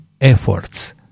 efforts